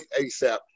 ASAP